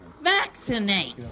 vaccinate